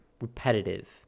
repetitive